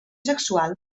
sexual